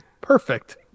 perfect